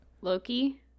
loki